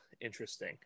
interesting